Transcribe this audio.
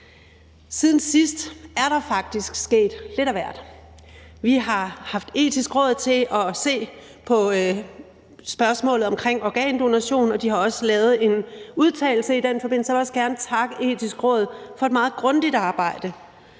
Siden sidst er der faktisk sket lidt af hvert. Vi har haft Det Etiske Råd til at se på spørgsmålet omkring organdonation, og det har også lavet en udtalelse i den forbindelse. Jeg vil også gerne takke Det Etiske Råd for et meget grundigt arbejde,